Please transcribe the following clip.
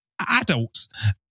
adults